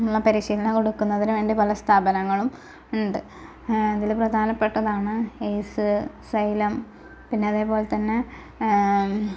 ഉള്ള പരിശീലനം കൊടുക്കുന്നതിന് വേണ്ടി പല സ്ഥാപനങ്ങളും ഉണ്ട് ഇതിൽ പ്രധാനപ്പെട്ടതാണ് എയിസ് സൈലം പിന്നെ അതേപോലെ തന്നെ